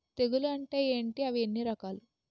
తెగులు అంటే ఏంటి అవి ఎన్ని రకాలు?